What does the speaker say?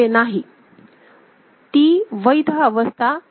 ती वैध अवस्था नाही